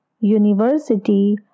university